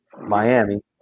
Miami